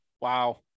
Wow